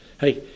Hey